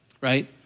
right